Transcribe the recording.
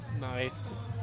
Nice